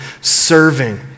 serving